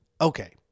Okay